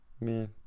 Man